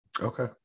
Okay